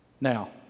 Now